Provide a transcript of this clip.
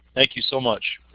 thank you so much.